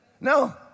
No